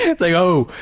it's like oh,